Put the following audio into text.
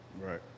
Right